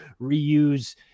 reuse